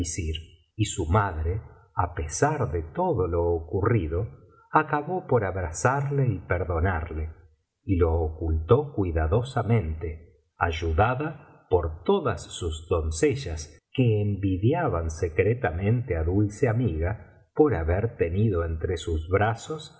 y su madre á pesar de todo lo ocurrido acabó por abrazarle y perdonarle y lo ocultó cuidadosamente ayudada por todas sus doncellas que envidiaban secretamente á dulce amiga por haber tenido entre sus brazos á